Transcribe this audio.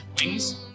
wings